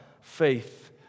faith